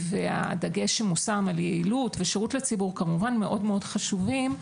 והדגש שמושם על יעילות ושירות ציבור כמובן מאוד מאוד חשובים.